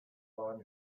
waren